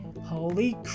Holy